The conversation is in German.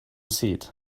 sät